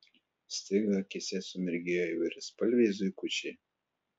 staiga akyse sumirgėjo įvairiaspalviai zuikučiai